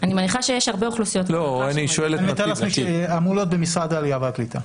אני מתאר לעצמי שאמור להיות במשרד העלייה והקליטה.